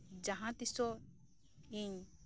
ᱡᱟᱦᱟᱸ ᱛᱤᱥᱚᱜ ᱤᱧ